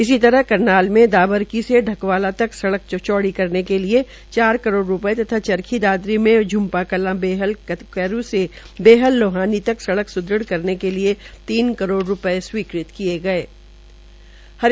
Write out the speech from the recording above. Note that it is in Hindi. इसी तरह करनाल में दाबरकी से ढकवाला तक सडक़ को चौड़ी करने के लिए चार करोड़ रुपये तथा चरखी दादरी में झ्म्पा कलां बेहल कैरू से बेहल लोहानी तक सडक़ को सुदृढ़ करने के लिए तीन करोड़ रुपये से अधिक की राशि मंजूर हये है